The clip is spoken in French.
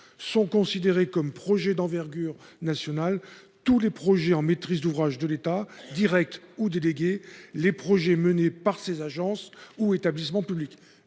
sont considérés comme projet d'envergure nationale. Tous les projets en maîtrise d'ouvrage de l'État directe ou délégués les projets menés par ces agences ou établissements publics